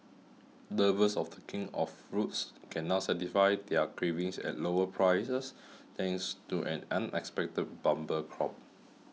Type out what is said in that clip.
lovers of the king of fruits can now satisfy their cravings at lower prices thanks to an unexpected bumper crop